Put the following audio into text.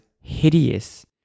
hideous